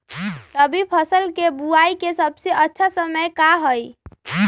रबी फसल के बुआई के सबसे अच्छा समय का हई?